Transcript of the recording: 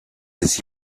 his